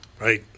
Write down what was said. right